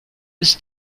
ist